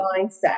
mindset